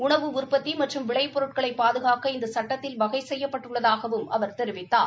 உணவு உற்பத்தி மற்றும் விளை பொருட்களை பாதுகாக்க இந்த சுட்டத்தில் வகை செய்யப்பட்டுள்ளதாகவும் அவர் தெரிவித்தார்